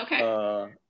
Okay